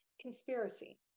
conspiracy